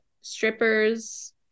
strippers